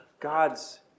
God's